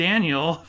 Daniel